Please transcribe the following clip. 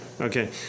Okay